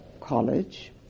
college